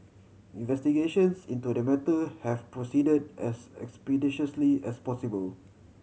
investigations into the matter have proceed as expeditiously as possible